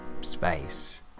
space